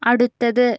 അടുത്തത്